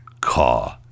Caw